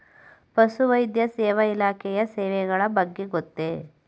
ಪಶುವೈದ್ಯ ಸೇವಾ ಇಲಾಖೆಯ ಸೇವೆಗಳ ಬಗ್ಗೆ ಗೊತ್ತೇ?